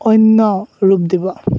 অন্য ৰূপ দিব